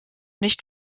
nicht